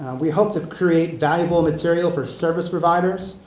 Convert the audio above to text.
we hope to create valuable material for service providers,